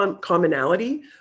commonality